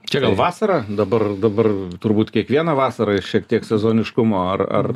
čia gal vasar dabar dabar turbūt kiekvieną vasarą yra šiek tiek sezoniškumo ar ar